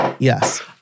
Yes